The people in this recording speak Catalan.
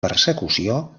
persecució